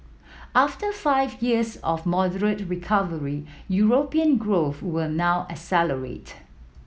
after five years of moderate recovery European growth were now accelerated